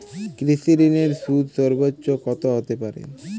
কৃষিঋণের সুদ সর্বোচ্চ কত হতে পারে?